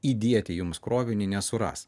įdėti jums krovinį nesuras